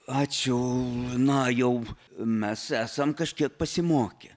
ačiū na jau mes esam kažkiek pasimokę